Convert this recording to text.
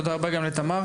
תודה רבה גם לתמר.